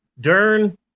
Dern